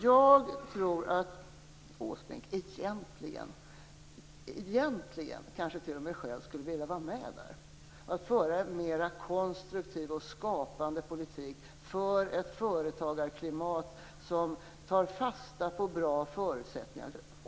Jag tror att Åsbrink egentligen t.o.m. själv skulle vilja vara med där och föra en mer konstruktiv och skapande politik, för ett företagarklimat som tar fasta på bra förutsättningar.